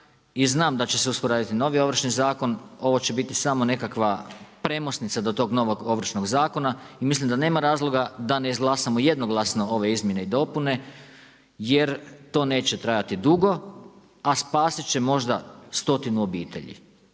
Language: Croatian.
i znam da će se uskoro raditi novi Ovršni zakon, ovo će biti samo nekakva premosnica do tog novog Ovršnog zakona i mislim da nema razloga da ne izglasamo jednoglasno ove izmjene i dopune jer to neće trajati dugo, a spasit će možda stotinu obitelji,